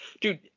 Dude